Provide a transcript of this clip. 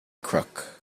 crook